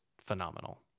phenomenal